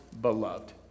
beloved